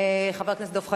חבר הכנסת דב חנין,